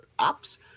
Apps